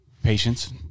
Patience